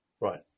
Right